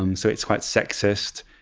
um so it's quite sexist.